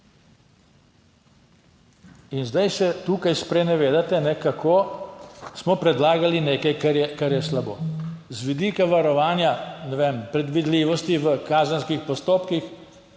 In zdaj se tukaj sprenevedate, kako smo predlagali nekaj, kar je, kar je slabo. Z vidika varovanja, ne vem, predvidljivosti v kazenskih postopkih,